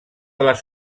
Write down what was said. les